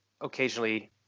occasionally